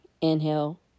inhale